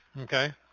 Okay